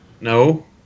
No